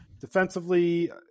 defensively